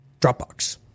Dropbox